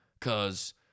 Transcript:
cause